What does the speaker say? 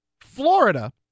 Florida